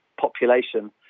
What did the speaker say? population